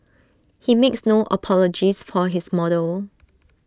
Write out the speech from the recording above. he makes no apologies for his model